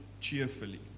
cheerfully